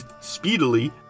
speedily